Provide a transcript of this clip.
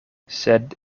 sed